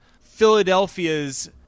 Philadelphia's